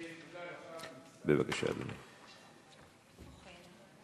בבקשה, אדוני.